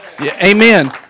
amen